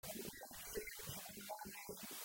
מודל, שבו נאמר אה...